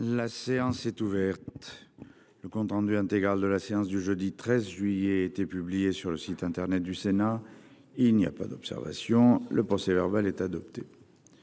La séance est ouverte. Le compte rendu intégral de la séance du jeudi 13 juillet 2023 a été publié sur le site internet du Sénat. Il n’y a pas d’observation ?… Le procès verbal est adopté.